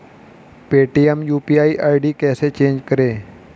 Paytm UPI ID कैसे change करें?